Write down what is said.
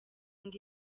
ngo